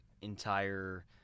entire